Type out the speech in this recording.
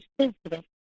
sensitive